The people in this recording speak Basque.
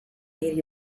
hiri